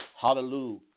Hallelujah